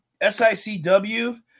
SICW